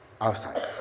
outside